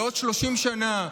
בעוד 30 שנה,